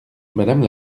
madame